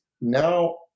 now